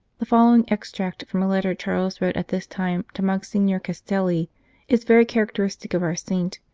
the following extract from a letter charles wrote at this time to monsignor castelli is very character istic of our saint,